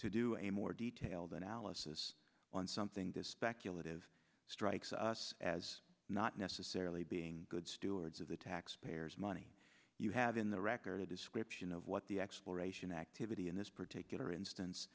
to do a more detailed analysis on something this speculative strikes us as not necessarily being good stewards of the taxpayers money you have in the record a description of what the exploration activity in this particular instance